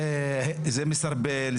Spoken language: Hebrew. זה מסרבל,